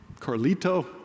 Carlito